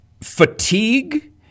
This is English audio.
fatigue